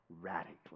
radically